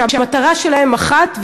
שהמטרה שלהם אחת,